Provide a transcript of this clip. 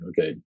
okay